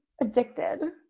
Addicted